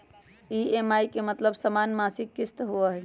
EMI के मतलब समान मासिक किस्त होहई?